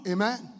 Amen